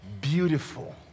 Beautiful